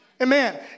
Amen